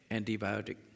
Antibiotic